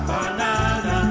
Banana